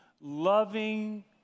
loving